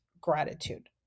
gratitude